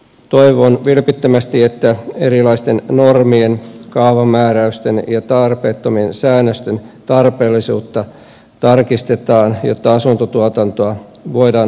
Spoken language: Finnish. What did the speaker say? toivon vilpittömästi että erilaisten normien kaavamääräysten ja tarpeettomien säännösten tarpeellisuutta tarkistetaan jotta asuntotuotantoa voidaan taas vauhdittaa